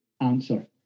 answer